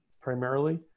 primarily